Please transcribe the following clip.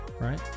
Right